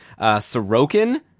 Sorokin